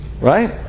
right